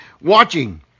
watching